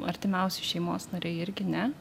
artimiausi šeimos nariai irgi ne